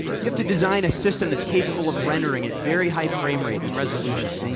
you have to design a system that's capable of rendering at very high frame rates and resolution.